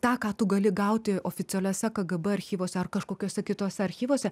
tą ką tu gali gauti oficialiuose kgb archyvuose ar kažkokiuose kituose archyvuose